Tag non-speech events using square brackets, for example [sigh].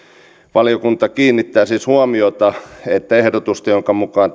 valiokunta kiinnittää siis huomiota siihen että ehdotusta jonka mukaan [unintelligible]